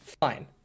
fine